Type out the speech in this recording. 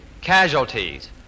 casualties